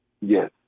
Yes